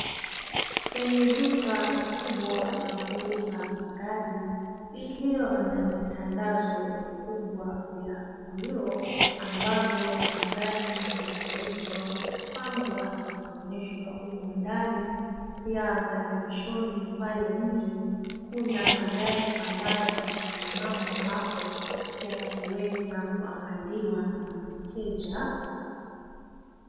Kwenye duka kikubwa la kuuza magari iliyo na vitandazo vikubwa vya vioo ambavyo magari yamewezwa kupangwa na kuonyeshwa humo ndani. Pia maegeshoni pale nje Kuna magari ambayo yamesimama hapo yakiweza kuangaliwa na mteja.